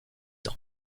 ans